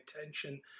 attention